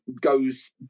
goes